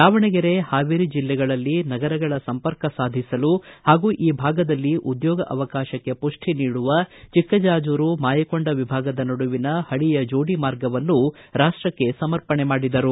ದಾವಣಗೆರೆ ಹಾವೇರಿ ಜಿಲ್ಲೆಗಳಲ್ಲಿ ನಗರಗಳ ಸಂಪರ್ಕ ಸಾಧಿಸಲು ಹಾಗೂ ಈ ಭಾಗದಲ್ಲಿ ಉದ್ಯೋಗ ಅವಕಾಶಕ್ಕೆ ಪುಷ್ಠಿ ನೀಡುವ ಚಿಕ್ಕಜಾಜೂರು ಮಾಯಕೊಂಡ ವಿಭಾಗದ ನಡುವಿನ ಹಳಿಯ ಜೋಡಿ ಮಾರ್ಗವನ್ನು ರಾಷ್ಟಕ್ಕೆ ಸಮರ್ಪಣೆ ಮಾಡಿದರು